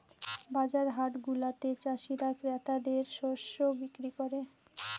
বাজার হাটগুলাতে চাষীরা ক্রেতাদের শস্য বিক্রি করে